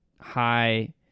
high